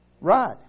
right